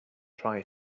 try